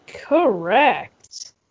Correct